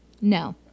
No